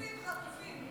חטופים, חטופים.